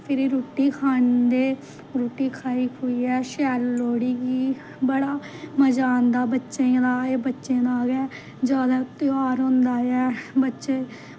फिरी रुट्टी खन्ने रोट्टी खाई खुइयै शैल लोह्ड़ी गी बड़ा मज़ा आंदा बच्चें दा एह् बच्चें दा गै जादा ध्यार होंदा ऐ बच्चे